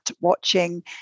watching